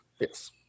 Yes